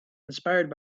inspired